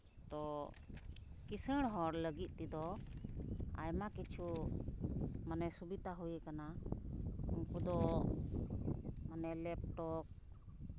ᱛᱳ ᱠᱤᱥᱟᱹᱲ ᱦᱚᱲ ᱞᱟᱹᱜᱤᱫ ᱛᱮᱫᱚ ᱟᱭᱢᱟ ᱠᱤᱪᱷᱩ ᱢᱟᱱᱮ ᱥᱩᱵᱤᱫᱷᱟ ᱦᱩᱭ ᱠᱟᱱᱟ ᱩᱱᱠᱩ ᱫᱚ ᱢᱟᱱᱮ ᱞᱮᱯᱴᱚᱯ